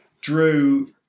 Drew